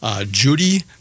Judy